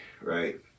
right